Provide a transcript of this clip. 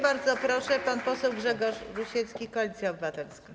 Bardzo proszę, pan poseł Grzegorz Rusiecki, Koalicja Obywatelska.